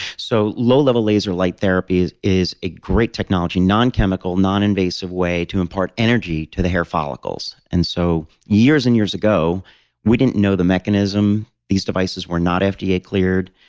so, low-level laser light therapy is a great technology, non-chemical, non-invasive way to impart energy to the hair follicles. and so years and years ago we didn't know the mechanism. these devices were not fda cleared.